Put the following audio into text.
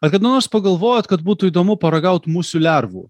ar kada nors pagalvojot kad būtų įdomu paragaut musių lervų